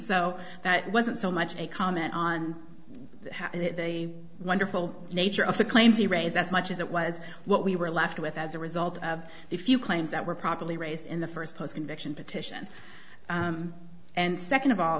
so that wasn't so much a comment on how wonderful nature of the claims he raise as much as it was what we were left with as a result of if you claims that were properly raised in the first post conviction petition and second of all